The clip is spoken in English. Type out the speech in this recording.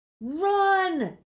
Run